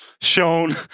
shown